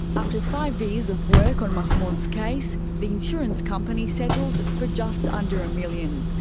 after five years of work on mahmoud's case, the insurance company settled for just under a million.